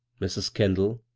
mrs. kendall,